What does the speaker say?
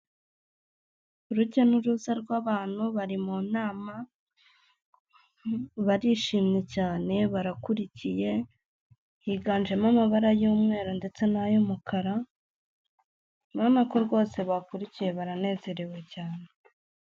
Urujya n'uruza rw' abantu bari mu nama, barishimye cyane barakurikiye. Higanjemo amabara y'umweru ndetse n'ay'umukara urabona ko rwose bakurikiye baranezerewe cyane